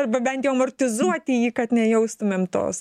arba bent jau amortizuoti jį kad nejaustumėm tos